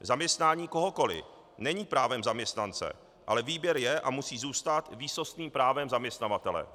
Zaměstnání kohokoliv není právem zaměstnance, ale výběr je a musí zůstat výsostným právem zaměstnavatele.